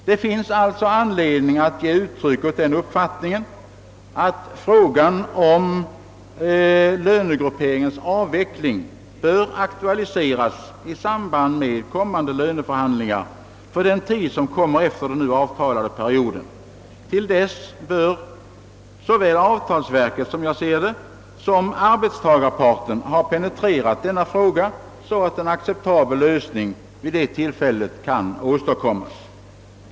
Det finns alltså anledning att ge uttryck åt uppfattningen, att frågan om lönegrupperingens avveckling bör aktualiseras i samband med kommande löneförhandlingar för tiden efter den period för vilken avtal nu slutits. Till dess bör — som jag ser saken — såväl avtalsverket som arbetstagarparten ha penetrerat frågan, så att en acceptabel lösning kan åstadkommas.